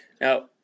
Now